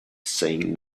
saying